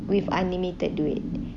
with unlimited duit